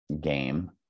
game